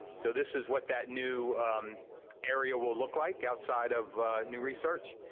so, this is what that new area will look like outside of new research.